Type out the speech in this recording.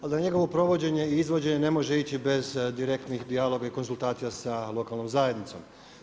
Da njegovo provođenje i izvođenje ne može ići bez direktnih dijaloga i konzultacija sa lokalnom zajednicom.